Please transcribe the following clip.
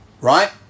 right